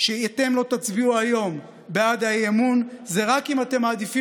שאתם לא תצביעו היום בעד האי-אמון היא רק אם אתם מעדיפים